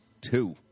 two